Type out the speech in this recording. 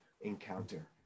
encounter